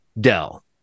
dell